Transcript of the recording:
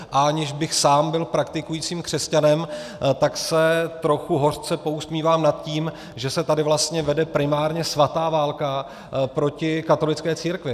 A aniž bych sám byl praktikujícím křesťanem, tak se trochu hořce pousmívám nad tím, že se tady vlastně vede primárně svatá válka proti katolické církvi.